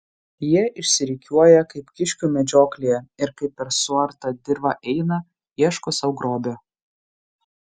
jie išsirikiuoja kaip kiškių medžioklėje ir kaip per suartą dirvą eina ieško sau grobio